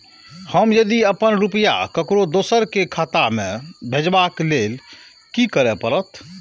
हम यदि अपन रुपया ककरो दोसर के खाता में भेजबाक लेल कि करै परत?